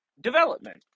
development